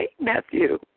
Matthew